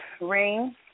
ring